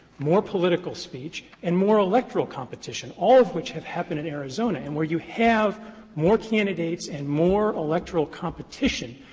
more political speech, and more electoral competition, all of which have happened in arizona. and where you have more candidates and more electoral competition,